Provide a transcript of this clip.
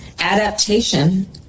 adaptation